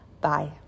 Bye